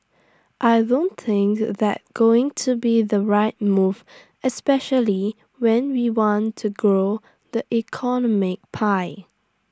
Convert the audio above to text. I don't think that's going to be the right move especially when we want to grow the economic pie